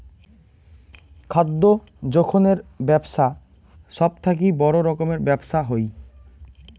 খাদ্য যোখনের বেপছা সব থাকি বড় রকমের ব্যপছা হই